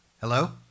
hello